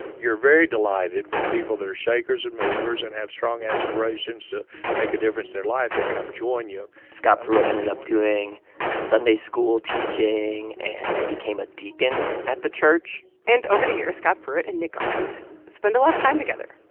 you're very delighted when people that are shakers and movers and have strong aspirations to make a difference in their life they come join you scott pruitt ended up doing sunday school teaching. and he became a deacon at the church and over the years, scott pruitt and nick garland spend a lot of time together.